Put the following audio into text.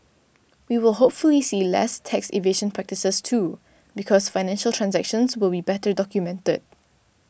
we will hopefully see less tax evasion practices too because financial transactions will be better documented